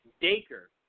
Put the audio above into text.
Daker